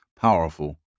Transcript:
powerful